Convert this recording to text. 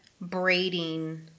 braiding